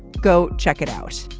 go check it out.